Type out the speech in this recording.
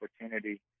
opportunity